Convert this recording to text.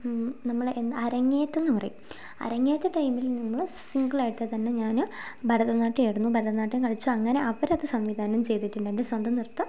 നമ്മളെ അരങ്ങേറ്റം എന്നു പറയും അരങ്ങേറ്റ ടൈമിൽ നമ്മൾ സിംഗിൾ ആയിട്ട് തന്നെ ഞാൻ ഭരതനാട്യം ആയിരുന്നു ഭരതനാട്യം കളിച്ചു അങ്ങനെ അവരത് സംവിധാനം ചെയ്തിട്ടുണ്ടെങ്കിൽ സ്വന്തം നൃത്തം